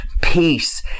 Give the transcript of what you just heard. peace